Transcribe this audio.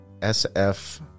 SF